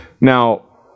Now